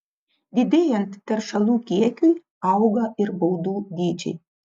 didėjant teršalų kiekiui auga ir baudų dydžiai